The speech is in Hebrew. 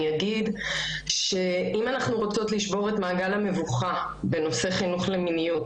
אני אגיד שאם אנחנו רוצות לשבור את מעגל המבוכה בנושא חינוך למיניות,